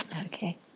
Okay